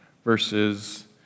verses